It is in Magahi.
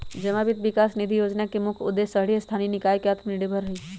जमा वित्त विकास निधि जोजना के मुख्य उद्देश्य शहरी स्थानीय निकाय के आत्मनिर्भर हइ